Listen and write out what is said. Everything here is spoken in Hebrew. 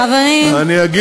חברים,